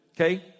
Okay